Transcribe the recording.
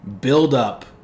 build-up